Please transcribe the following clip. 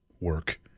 Work